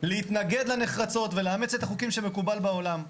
להתנגד לה נחרצות ולאמץ את החוקים שמקובלים בעולם.